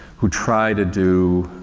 who try to do,